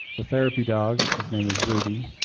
the therapy dog, whose name is rudy,